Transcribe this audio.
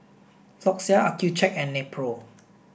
Floxia Accucheck and Nepro